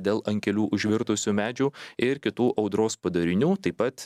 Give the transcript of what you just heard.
dėl ant kelių užvirtusių medžių ir kitų audros padarinių taip pat